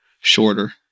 shorter